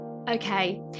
okay